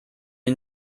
dir